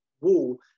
wall